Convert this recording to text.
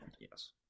Yes